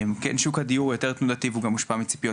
שוק הדיור הוא יותר תנודתי והוא גם מושפע מציפיות